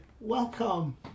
welcome